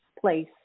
place